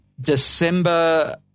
december